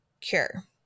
CURE